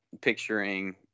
picturing